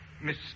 Miss